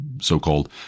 so-called